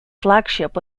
flagship